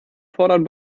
fordern